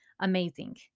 amazing